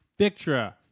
Victra